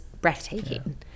breathtaking